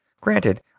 Granted